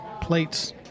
plates